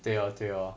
对 lor 对 lor